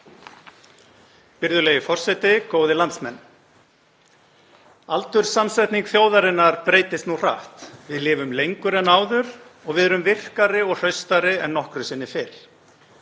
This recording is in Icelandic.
Virðulegi forseti. Góðir landsmenn. Aldurssamsetning þjóðarinnar breytist nú hratt. Við lifum lengur en áður og við erum virkari og hraustari en nokkru sinni fyrr.